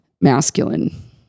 masculine